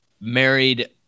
married